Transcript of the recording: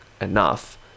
enough